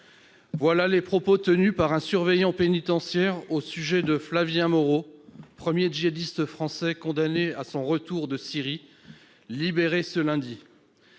les propos d'un surveillant pénitentiaire au sujet de Flavien Moreau, premier djihadiste français condamné à son retour de Syrie, libéré avant-hier.